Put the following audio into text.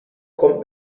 kommt